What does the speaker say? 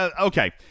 Okay